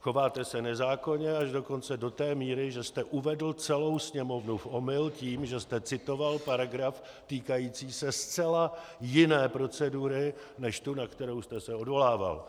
Chováte se nezákonně, až dokonce do té míry, že jste uvedl celou Sněmovnu v omyl tím, že jste citoval paragraf týkající se zcela jiné procedury než tu, na kterou jste se odvolával.